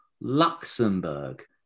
Luxembourg